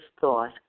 thought